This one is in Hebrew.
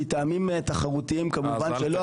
מטעמים תחרותיים כמובן שלא,